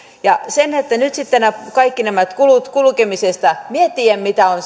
ja nyt sitten kaikki nämä kulut kulkemisesta minä tiedän mitä on